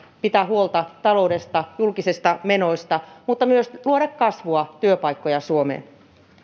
pitää huolta taloudesta julkisista menoista mutta myös luoda kasvua ja työpaikkoja suomeen